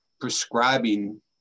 prescribing